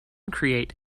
create